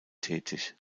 tätig